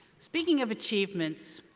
speaking of achievements,